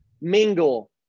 mingle